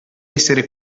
essere